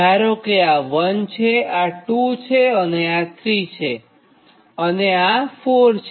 ધારો કે આ 1 છે આ 2 છે આ 3 છે અને આ 4 છે